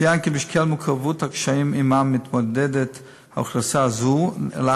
יצוין כי בשל מורכבות הקשיים שעמם אוכלוסייה זו מתמודדת,